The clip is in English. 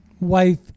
wife